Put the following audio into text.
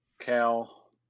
Cal